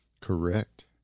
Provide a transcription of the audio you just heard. Correct